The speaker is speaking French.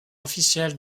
officielle